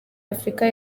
afrika